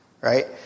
right